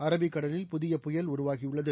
அரபிக்கடலில் புதியபுயல் உருவாகியுள்ளது